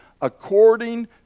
according